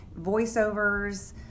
voiceovers